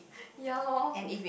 ya lor